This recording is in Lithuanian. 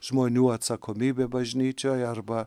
žmonių atsakomybė bažnyčioj arba